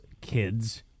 kids